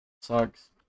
Sucks